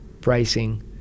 pricing